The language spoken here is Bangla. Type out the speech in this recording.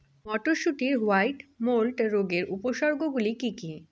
মটরশুটির হোয়াইট মোল্ড রোগের উপসর্গগুলি কী কী?